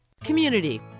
Community